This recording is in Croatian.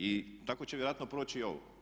I tako će vjerojatno proći i ovo.